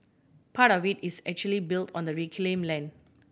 part of it is actually built on the reclaim land